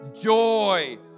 joy